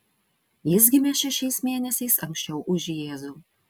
jis gimė šešiais mėnesiais anksčiau už jėzų